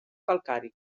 calcari